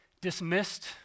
dismissed